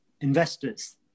investors